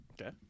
Okay